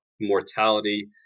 mortality